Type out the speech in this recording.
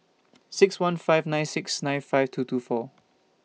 six one five nine six nine five two two four